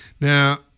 Now